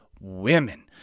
women